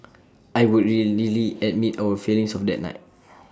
I would readily admit our failings of that night